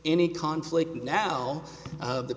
any conflict now of the